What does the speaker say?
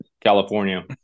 California